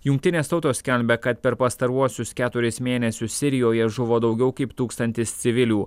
jungtinės tautos skelbia kad per pastaruosius keturis mėnesius sirijoje žuvo daugiau kaip tūkstantis civilių